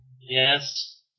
Yes